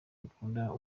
rukunda